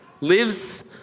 lives